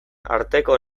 arteko